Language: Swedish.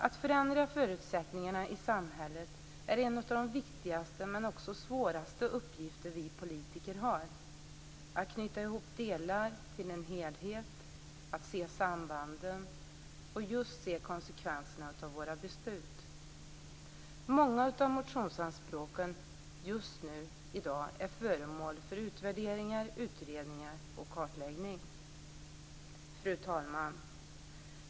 Att förändra förutsättningarna i samhället är en av de viktigaste men också svåraste uppgifter vi politiker har - att knyta ihop delar till en helhet, att se sambanden och just se konsekvenserna av våra beslut. Många av motionsanspråken just nu i dag är föremål för utvärderingar, utredningar och kartläggning. Fru talman!